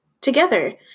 together